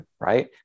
right